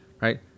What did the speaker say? right